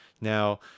Now